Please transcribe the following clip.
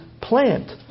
plant